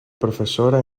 profesora